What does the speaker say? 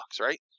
right